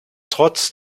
trotz